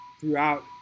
throughout